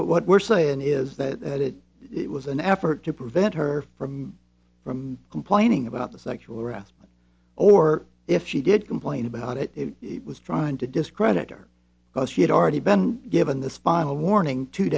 what what we're saying is that it it was an effort to prevent her from from complaining about the sexual harassment or if she did complain about it it was trying to discredit her because she had already been given this final warning two